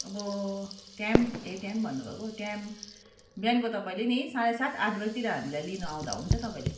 अब टाइम ए टाइम भन्नु भएको टाइम बिहानको तपाईँले नि साँढे सात आठबजीतिर हामीलाई लिनु आउँदा हुन्छ तपाईँले